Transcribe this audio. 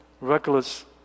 reckless